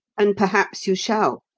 and perhaps you shall,